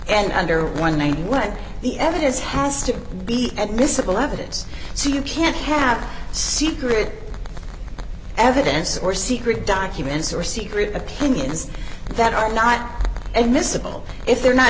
and under one name what the evidence has to be admissible evidence so you can't have secret evidence or secret documents or secret opinions that are not and miscible if they're not